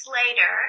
later